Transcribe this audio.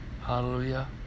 Hallelujah